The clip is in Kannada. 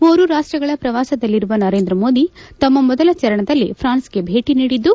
ಮೂರು ರಾಷ್ಷಗಳ ಪ್ರವಾಸದಲ್ಲಿರುವ ನರೇಂದ್ರ ಮೋದಿ ತಮ್ನ ಮೊದಲ ಚರಣದಲ್ಲಿ ಪ್ರಾನ್ಸ್ಗೆ ಭೇಟಿ ನೀಡಿದ್ದು